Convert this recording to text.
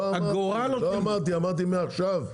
אמרתי מעכשיו.